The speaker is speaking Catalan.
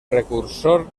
precursor